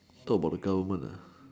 talk about the government